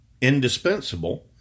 indispensable